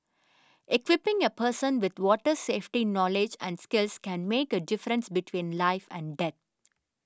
equipping a person with water safety knowledge and skills can make a difference between life and death